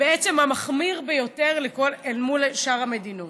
בעצם המחמיר ביותר אל מול שאר המדינות.